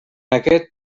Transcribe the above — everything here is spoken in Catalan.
aquest